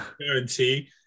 guarantee